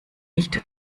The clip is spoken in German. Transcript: nicht